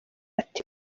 ati